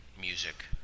music